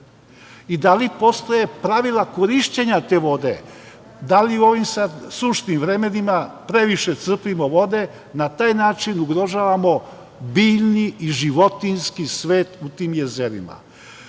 I da li postoje pravila korišćenja te vode? Da li u ovim sad sušnim vremenima previše crpimo vode? Na taj način ugrožavamo biljni i životinjski svet u tim jezerima. Voleo